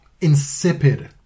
insipid